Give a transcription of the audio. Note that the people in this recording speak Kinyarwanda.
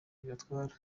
bibatwara